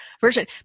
version